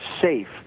safe